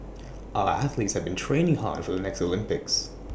our athletes have been training hard for the next Olympics